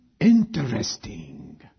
Interesting